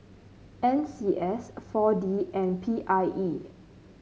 N C S four D and P I E